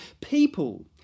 people